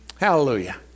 Hallelujah